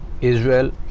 Israel